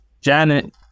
Janet